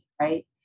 right